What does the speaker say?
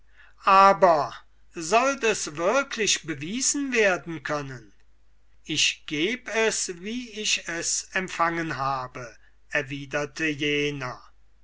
aber sollt es wirklich bewiesen werden können ich geb es wie ich es empfangen habe erwiderte jener